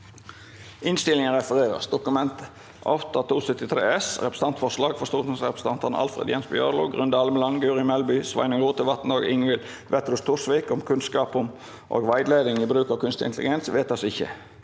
Innstilling fra justiskomiteen om Representantforslag fra stortingsrepresentantene Alfred Jens Bjørlo, Grunde Almeland, Guri Melby, Sveinung Rotevatn og Ingvild Wetrhus Thorsvik om kunnskap om og veiledning i bruk av kunstig intelligens (Innst.